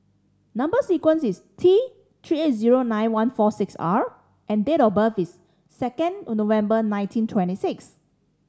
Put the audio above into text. number sequence is T Three eight zero nine one four six R and date of birth is second of November nineteen twenty six